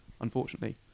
unfortunately